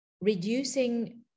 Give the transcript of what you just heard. reducing